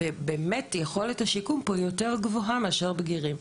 ובאמת יכולת השיקום פה היא יותר גבוהה מאשר בגירים.